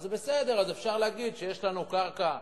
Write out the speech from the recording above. אז בסדר, אפשר להגיד שיש לנו קרקע,